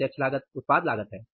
प्रत्यक्ष लागत उत्पाद लागत है